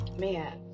Man